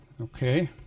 okay